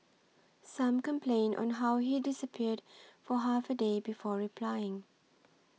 some complained on how he disappeared for half a day before replying